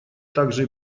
также